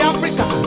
Africa